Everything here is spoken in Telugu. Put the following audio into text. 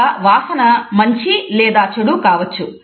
ఒక వాసన మంచి లేదా చెడు కావచ్చు